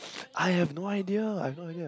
I have no idea I have no idea